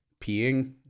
peeing